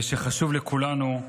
ושחשוב לכולנו,